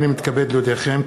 הנני מתכבד להודיעכם,